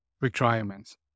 requirements